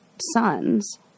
sons